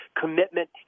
commitment